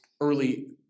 early